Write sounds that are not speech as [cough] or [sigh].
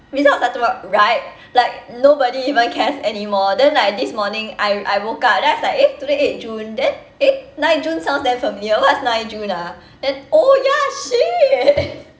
results are tomorrow right like nobody even cares anymore then like this morning I I woke up then I was like eh today eight june then eh nine june sounds damn familiar what's nine june ah then oh ya shit [laughs]